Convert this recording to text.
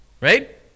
right